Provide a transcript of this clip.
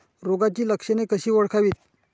रोगाची लक्षणे कशी ओळखावीत?